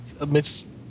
amidst